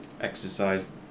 exercise